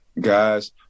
guys